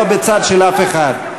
אני לא בצד של אף אחד,